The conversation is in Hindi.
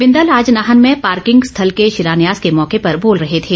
बिंदल आज नाहन में पार्किंग स्थल के शिलान्यास के मौके पर बोल रहे थे